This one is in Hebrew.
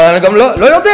אבל אני גם לא יודע.